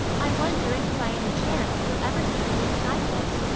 i wonder if, by any chance, we'll ever see the inside of it.